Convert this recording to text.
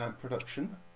production